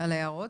על ההערות.